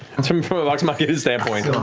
and from from the vox machina standpoint,